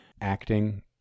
acting